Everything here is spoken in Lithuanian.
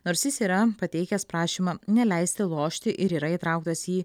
nors jis yra pateikęs prašymą neleisti lošti ir yra įtrauktas į